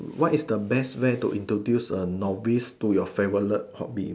what is the best way to introduce a novice to your favourite hobby